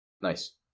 Nice